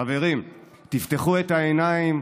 חברים, תפתחו את העיניים.